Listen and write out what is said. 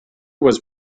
was